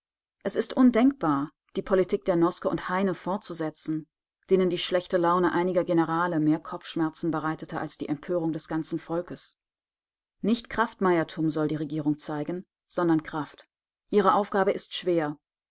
es ist undenkbar die politik der noske und heine fortzusetzen denen die schlechte laune einiger generale mehr kopfschmerzen bereitete als die empörung des ganzen volkes nicht kraftmeiertum soll die regierung zeigen sondern kraft ihre aufgabe ist schwer